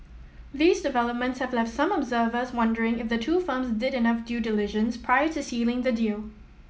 these developments have left some observers wondering if the two firms did enough due diligence prior to sealing the deal